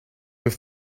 peux